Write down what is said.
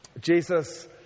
Jesus